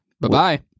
Bye-bye